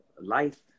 life